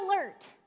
alert